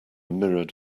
mirrored